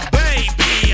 baby